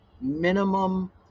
minimum